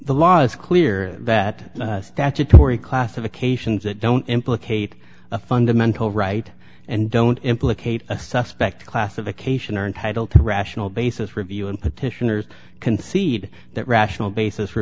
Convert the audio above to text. the law is clear that statutory classifications that don't implicate a fundamental right and don't implicate a suspect classification are entitled to a rational basis review and petitioners concede that rational basis